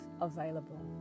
available